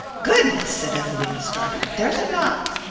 goodness, said evelina, starting, there's a knock!